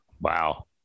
Wow